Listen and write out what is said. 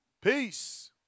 Peace